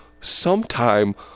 Sometime